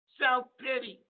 Self-pity